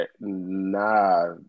nah